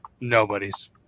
Nobody's